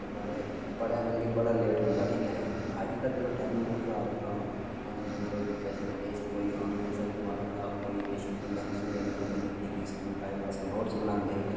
ओह् महाराज बड़ा मतलब कि बड़ा लेट होंदा हा ठीक ऐ अज्जकल दिक्खो टैक्नोलजी हर इक कम्म आनलाइन कोई किश कोई आनलाइन सर्च मारा दा कोई किश जियां में तुसें इग्जैम्पल दित्ती कि स्कूल टाइम अस नोट्स बनांदे हे